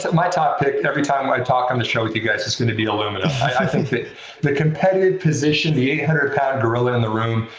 so my top pick every time when i talk on the show with you guys is going to be illumina. i think the competitive position, the eight hundred pound gorilla in the room,